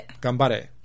Gambare